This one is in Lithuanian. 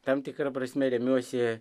tam tikra prasme remiuosi